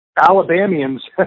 Alabamians